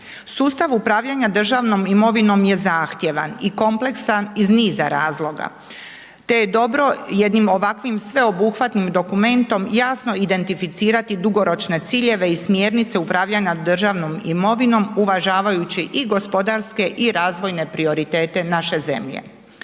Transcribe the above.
Sustav upravljanja državnom imovinom je zahtjevan i kompleksan iz niza razloga te je dobro jednim ovakvim sveobuhvatnim dokumentom jasno identificirati dugoročne ciljeve i smjernice upravljanja državnom imovinom uvažavajući i gospodarske i razvojne prioritete naše zemlje.